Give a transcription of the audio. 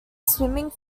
swimming